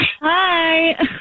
Hi